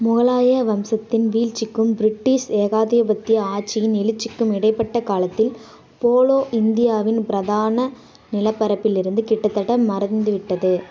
முகலாய வம்சத்தின் வீழ்ச்சிக்கும் பிரிட்டிஷ் ஏகாதிபத்திய ஆட்சியின் எழுச்சிக்கும் இடைப்பட்ட காலத்தில் போலோ இந்தியாவின் பிரதான நிலப்பரப்பிலிருந்து கிட்டத்தட்ட மறைந்துவிட்டது